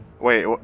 Wait